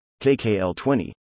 KKL20